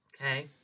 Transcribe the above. okay